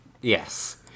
Yes